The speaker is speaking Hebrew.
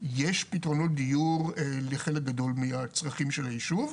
יש פתרונות דיור לחלק גדול מצרכי הישוב.